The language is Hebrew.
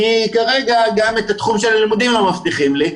כי כרגע בתחום של הלימודים לא מבטיחים לי,